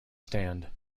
stand